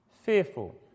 fearful